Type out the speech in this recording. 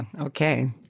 okay